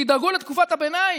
תדאגו לתקופת הביניים.